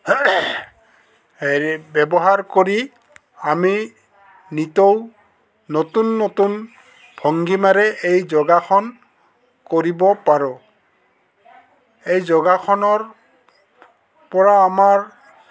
হেৰি ব্যৱহাৰ কৰি আমি নিতৌ নতুন নতুন ভংগীমাৰে এই যোগাসন কৰিব পাৰোঁ এই যোগাসনৰ পৰা আমাৰ